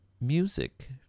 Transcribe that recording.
music